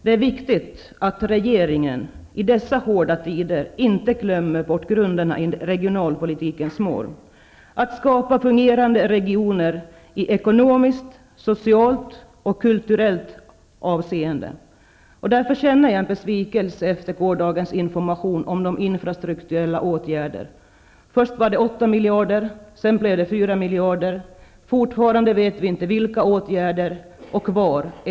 Det är viktigt att regeringen i dessa hårda tider inte glömmer bort grunderna i regionalpolitikens mål: att skapa fungerande regioner i ekonomiskt, socialt och kulturellt avseende. Därför känner jag besvikelse efter gårdagens information om de infrastrukturella åtgärderna. Först skulle det satsas åtta miljarder, och sedan blev det fyra miljarder, men vi vet fortfarande inte vilka åtgärder det handlar om och var de skall sättas in.